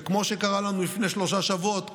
וכמו שקרה לנו לפני שלושה שבועות,